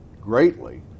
greatly